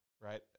right